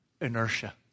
inertia